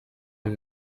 amb